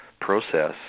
process